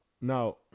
Now